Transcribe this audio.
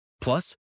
Plus